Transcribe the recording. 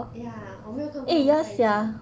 ya 我没有看过他们在一起